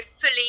fully